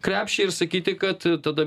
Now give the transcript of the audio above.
krepšį ir sakyti kad tada